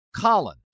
Colin